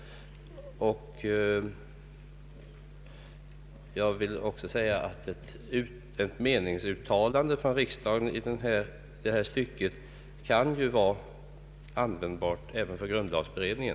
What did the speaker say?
Ett meningsuttalande från riksdagen i detta stycke kan vara användbart även för grundlagberedningen.